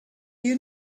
you